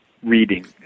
reading